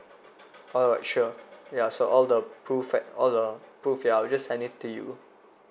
alright sure ya so all the proof and all the proof ya I'll just send it to you